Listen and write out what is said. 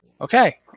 Okay